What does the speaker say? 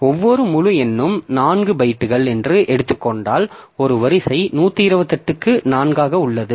எனவே ஒவ்வொரு முழு எண்ணும் 4 பைட்டுகள் என்று எடுத்துக் கொண்டால் ஒரு வரிசை 128 க்கு 4 ஆக உள்ளது